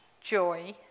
joy